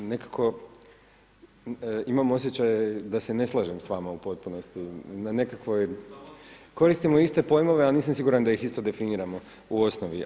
Nekako imam osjećaj da se ne slažem s vama u postupnosti, da nekako koristimo iste pojmove, a nisam siguran da ih isto definiramo u osnovi.